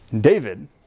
David